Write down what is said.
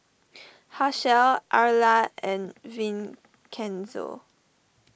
Hershell Arla and Vincenzo